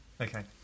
Okay